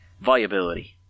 viability